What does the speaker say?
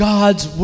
God's